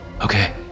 Okay